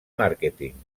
màrqueting